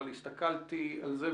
אבל הסתכלתי על זה,